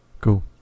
Cool